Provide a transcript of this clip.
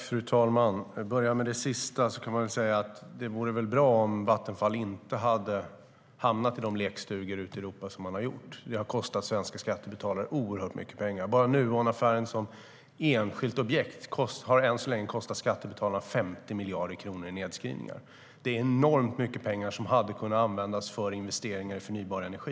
Fru talman! Jag börjar med att svara på det sista som sas. Det hade varit bra om Vattenfall inte blivit den lekstuga ute i Europa som det blev. Det har kostat svenska skattebetalare oerhört mycket pengar. Bara Nuonaffären som enskilt objekt har hittills kostat skattebetalarna 50 miljarder kronor i nedskrivningar. Det är enormt mycket pengar som hade kunnat användas till investeringar i förnybar energi.